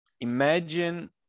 imagine